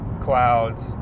clouds